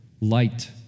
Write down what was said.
light